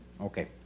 Okay